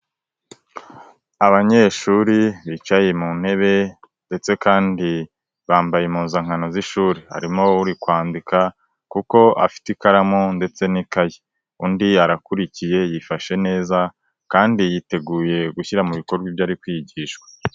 Abanyeshuri bicaye mu ntebe ndetse kandi bambaye impuzankano z'ishuri ,harimo uri kwandika kuko afite ikaramu ndetse n'ikayi undi arakurikiye yifashe neza, kandi yiteguye gushyira mu bikorwa ibyori ari kwigishwa.